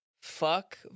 Fuck